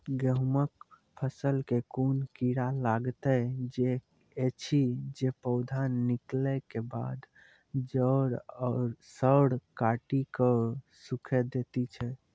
गेहूँमक फसल मे कून कीड़ा लागतै ऐछि जे पौधा निकलै केबाद जैर सऽ काटि कऽ सूखे दैति छै?